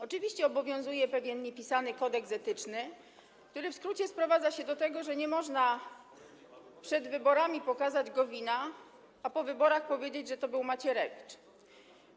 Oczywiście obowiązuje pewien niepisany kodeks etyczny, który w skrócie sprowadza się do tego, że nie można przed wyborami pokazać Gowina, a po wyborach powiedzieć, że to był Macierewicz.